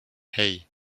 hey